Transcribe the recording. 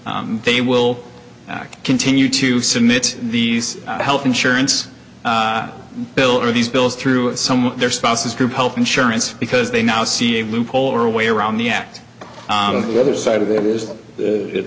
they will continue to submit these health insurance bill or these bills through some of their sponsors group health insurance because they now see a loophole or a way around the act the other side of that is it